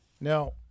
now